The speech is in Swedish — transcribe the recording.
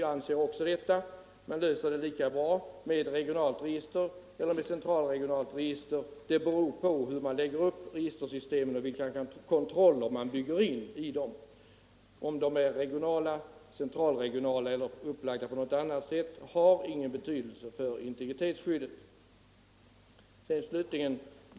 Jag anser också att man löser den lika bra med ett regionalt register — eller ett central regionala eller upplagda på något annat sätt har ingen betydelse för integritetsskyddet.